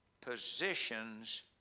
positions